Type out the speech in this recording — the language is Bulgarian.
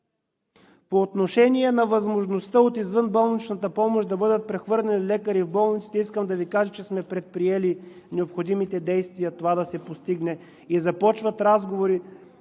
По отношение на възможността от извънболничната помощ да бъдат прехвърлени лекари в болниците. Искам да Ви кажа, че сме предприели необходимите действия това да се постигне и започват разговори